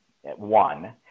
one